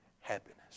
happiness